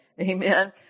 Amen